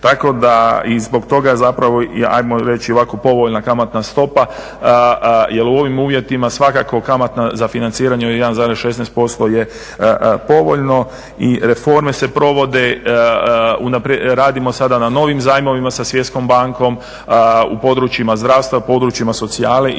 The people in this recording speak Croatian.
Tako da i zbog toga je zapravo i ajmo reći ovako povoljna kamatna stopa jer u ovom uvjetima svakako kamatna, za financiranje od 1,16% je povoljno. I reforme se provode, radimo sada na novim zajmovima sa Svjetskom bankom u područjima zdravstva, u područjima socijale.